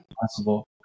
possible